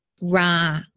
Ra